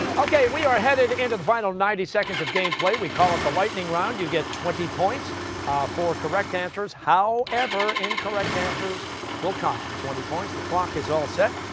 okay, we are headed into the final ninety seconds of game play, we call it the lightning round. you get twenty points for correct answers. however, incorrect answers will cost you twenty points. the clock is all set,